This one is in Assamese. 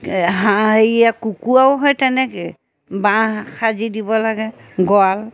হাঁহ হেৰি এই কুকুৰাও সেই তেনেকৈ বাঁহ সাজি দিব লাগে গঁৰাল